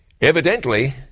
Evidently